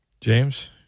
James